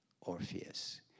orpheus